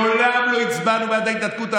מעולם לא הצבענו בעד ההתנתקות,